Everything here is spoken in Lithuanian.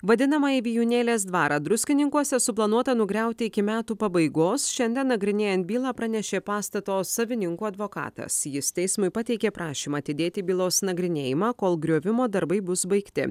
vadinamąjį vijūnėlės dvarą druskininkuose suplanuota nugriauti iki metų pabaigos šiandien nagrinėjant bylą pranešė pastato savininkų advokatas jis teismui pateikė prašymą atidėti bylos nagrinėjimą kol griovimo darbai bus baigti